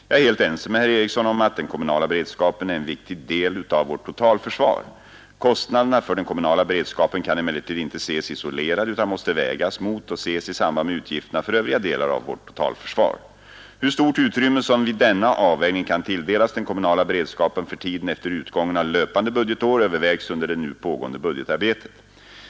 Jag är helt ense med herr Eriksson om att den kommunala beredskapen är en viktig del av vårt totalförsvar. Kostnaderna för den kommunala beredskapen kan emellertid inte ses isolerade utan måste vägas mot och ses i samband med utgifterna för övriga delar av vårt totalförsvar. Hur stort utrymme som vid denna avvägning kan tilldelas den kommunala beredskapen för tiden efter utgången av löpande budgetår övervägs under det nu pågående budgetarbetet.